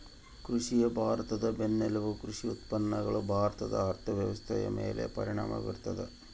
ಕೃಷಿಯೇ ಭಾರತದ ಬೆನ್ನೆಲುಬು ಕೃಷಿ ಉತ್ಪಾದನೆಗಳು ಭಾರತದ ಅರ್ಥವ್ಯವಸ್ಥೆಯ ಮೇಲೆ ಪರಿಣಾಮ ಬೀರ್ತದ